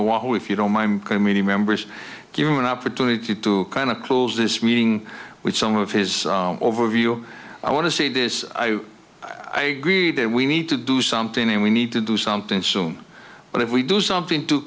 wahoo if you don't mind many members give him an opportunity to kind of close this meeting with some of his overview i want to see this i agree that we need to do something and we need to do something soon but if we do something too